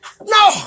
No